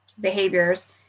behaviors